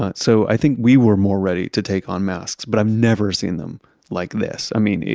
but so i think we were more ready to take on masks. but i've never seen them like this. i mean,